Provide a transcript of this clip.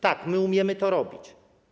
Tak, my umiemy to robić.